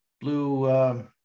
blue